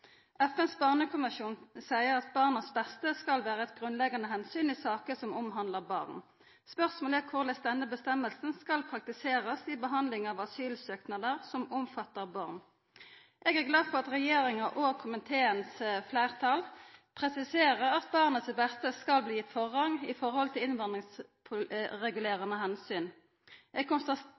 FNs barnekonvensjon seier at barnas beste skal vera eit grunnleggjande omsyn i saker som handlar om barn. Spørsmålet er korleis denne avgjerda skal praktiserast i behandlinga av asylsøknader som omfattar barn. Eg er glad for at regjeringa og komiteens fleirtal presiserer at barnet sitt beste skal bli gitt forrang